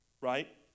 Right